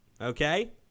Okay